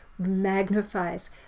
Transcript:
magnifies